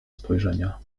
spojrzenia